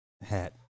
hat